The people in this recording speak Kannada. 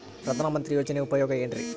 ಪ್ರಧಾನಮಂತ್ರಿ ಯೋಜನೆ ಉಪಯೋಗ ಏನ್ರೀ?